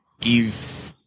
give